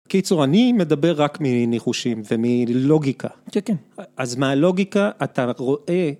בקיצור, אני מדבר רק מניחושים ומלוגיקה. כן, כן. אז מהלוגיקה? אתה רואה...